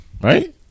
right